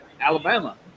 Alabama